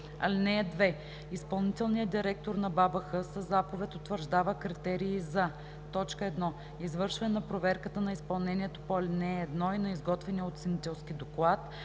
(2) Изпълнителният директор на БАБХ със заповед утвърждава критерии за: 1. извършване на проверката на изпълнението по ал. 1 и на изготвения оценителски доклад;